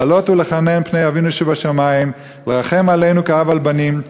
לחלות ולחנן פני אבינו שבשמים לרחם עלינו כאב על בנים.